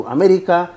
America